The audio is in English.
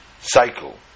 cycle